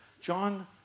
John